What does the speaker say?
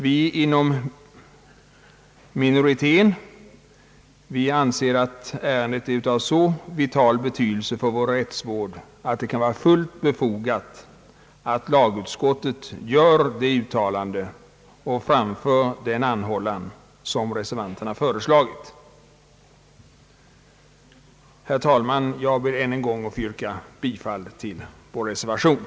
Vi reservanter anser emellertid att ärendet är av så vital betydelse för vår rättsvård att det kan vara fullt befogat att första lagutskottet gör det uttalande och framför den anhållan som reservanterna har föreslagit. Herr talman! Jag vill än en gång yrka bifall till vår reservation.